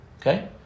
Okay